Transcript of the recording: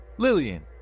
Lillian